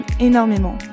énormément